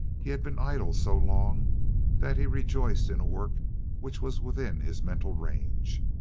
he had been idle so long that he rejoiced in a work which was within his mental range.